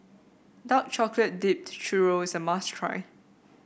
Dark Chocolate Dipped Churro is a must try